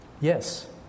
Yes